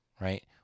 right